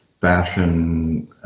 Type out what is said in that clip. fashion